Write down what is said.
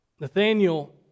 Nathaniel